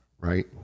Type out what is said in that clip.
right